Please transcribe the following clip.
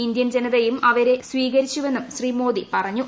Indian ജനതയും അവരെ സ്വീകരിച്ചുവെന്നും ശ്രീ മോദി പറഞ്ഞു